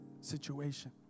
situation